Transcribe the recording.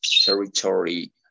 territory